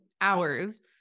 hours